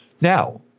Now